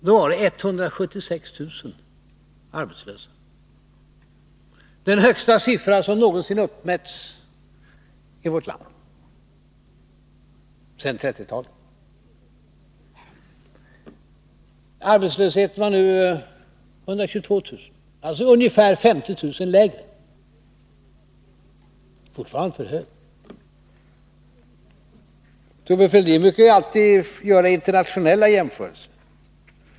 Då var 176 000 arbetslösa — den högsta siffra som någonsin uppmätts i vårt land sedan 1930-talet. Arbetslösheten är nu 122 000, alltså ungefär 50 000 lägre. Fortfarande är den för hög. Thorbjörn Fälldin brukar göra internationella jämförelser.